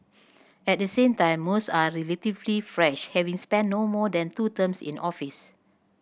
at the same time most are relatively fresh having spent no more than two terms in office